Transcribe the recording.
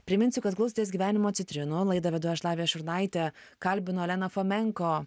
priminsiu kad klausotės gyvenimo citrinų laidą vedu aš lavija šurnaitė kalbinu oleną fomenko